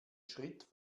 schritt